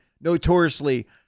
notoriously